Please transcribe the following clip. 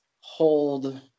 hold